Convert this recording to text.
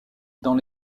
dans